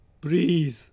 Breathe